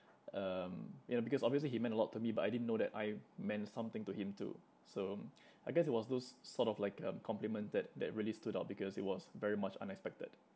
um you know because obviously he meant a lot to me but I didn't know that I meant something to him too so I guess it was those sort of like um compliment that that really stood out because it was very much unexpected